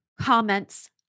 comments